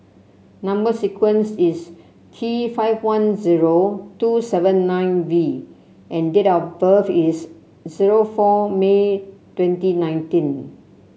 number sequence is T five one zero two seven nine V and date of birth is zero four May twenty nineteen